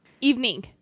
Evening